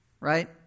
Right